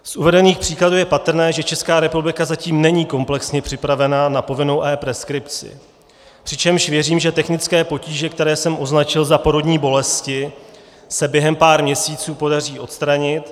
Z uvedených příkladů je patrné, že Česká republika zatím není komplexně připravena na povinnou epreskripci, přičemž věřím, že technické potíže, které jsem označil za porodní bolesti, se během pár měsíců podaří odstranit.